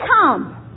come